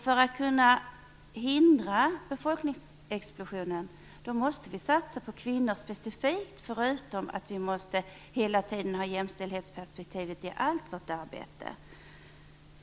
För att hindra befolkningsexplosionen måste vi - förutom att vi hela tiden måste ha jämställdhetsperspektivet i allt vårt arbete - satsa specifikt på kvinnor.